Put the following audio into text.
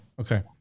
okay